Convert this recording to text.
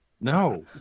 No